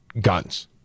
guns